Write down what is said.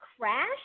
crash